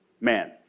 man